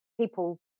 people